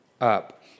up